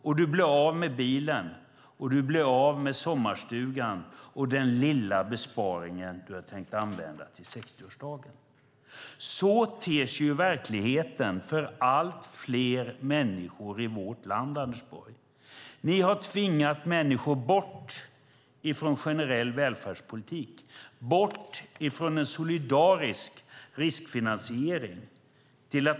Man blir av med bilen och sommarstugan och den lilla besparing man hade tänkt använda till 60-årsdagen. Så ter sig verkligheten för allt fler människor i vårt land, Anders Borg. Ni har tvingat människor bort från en generell välfärdspolitik och bort från en solidarisk riskfinansiering.